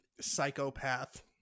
psychopath